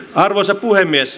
arvoisa puhemies